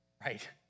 right